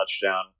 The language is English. touchdown